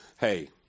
hey